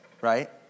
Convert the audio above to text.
right